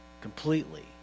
completely